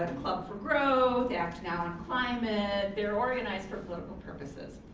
club for growth, act now on climate they're organized for political purposes.